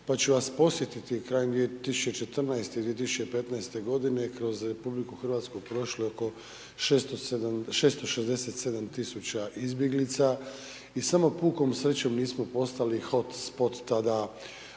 pa ću vas podsjetiti, krajem 2014. i 2015.g. kroz RH prošlo je oko 667 000 izbjeglica i samo pukom srećom nismo postali hot spot tada